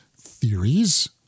theories